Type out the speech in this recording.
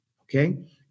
okay